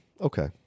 Okay